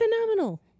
phenomenal